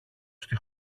στη